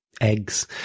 eggs